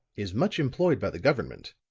is much employed by the government.